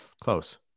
close